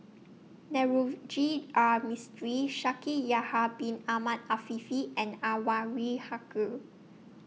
Navroji R Mistri Shaikh Yahya Bin Ahmed Afifi and Anwarul Haque